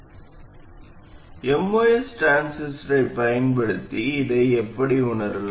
MOS டிரான்சிஸ்டரைப் பயன்படுத்தி இதை எப்படி உணரலாம்